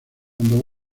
cuando